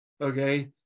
okay